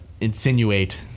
insinuate